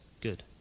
Good